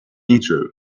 intro